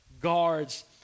guards